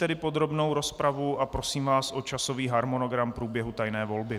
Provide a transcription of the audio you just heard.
Končím tedy podrobnou rozpravu a prosím vás o časový harmonogram průběhu tajné volby.